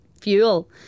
fuel